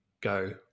go